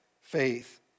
faith